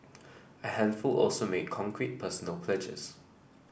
a handful also made concrete personal pledges